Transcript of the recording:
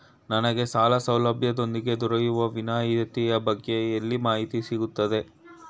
ನನಗೆ ಸಾಲ ಸೌಲಭ್ಯದೊಂದಿಗೆ ದೊರೆಯುವ ವಿನಾಯತಿಯ ಬಗ್ಗೆ ಎಲ್ಲಿ ಮಾಹಿತಿ ಸಿಗುತ್ತದೆ?